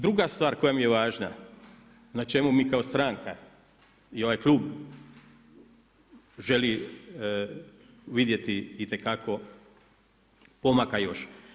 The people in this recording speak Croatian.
Druga stvar koja mi je važna na čemu mi kao stranka i ovaj klub želi vidjeti itekako pomaka još.